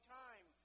time